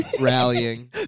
rallying